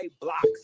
blocks